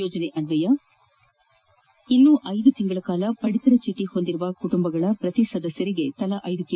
ಯೋಜನೆ ಅನ್ವಯ ಇನ್ನೊ ಐದು ತಿಂಗಳುಗಳ ಕಾಲ ಪಡಿತರ ಚೀಟಿ ಹೊಂದಿರುವ ಕುಟುಂಬದ ಪ್ರತಿ ಸದಸ್ಯರಿಗೆ ತಲಾ ಐದು ಕೆ